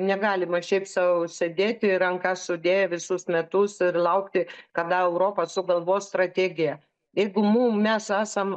negalima šiaip sau sėdėti rankas sudėję visus metus ir laukti kada europa sugalvos strategiją jeigu mum mes esam